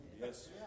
Yes